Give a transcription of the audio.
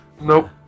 Nope